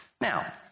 Now